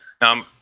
now